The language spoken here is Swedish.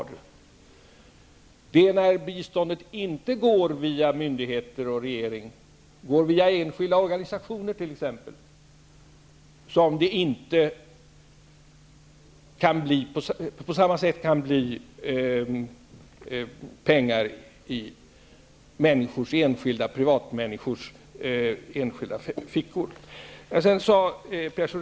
Det är när biståndet inte går via regering och myndigheter utan när det går t.ex. via enskilda organisationer som det inte på samma sätt kan bli pengar i privatpersoners egna fickor.